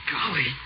Golly